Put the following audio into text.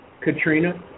Katrina